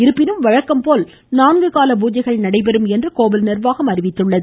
இருப்பினும் வழக்கம்போல் நான்குகால பூஜைகள் நடைபெறும் என்று கோவில் நிர்வாகம் அறிவித்துள்ளது